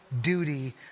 duty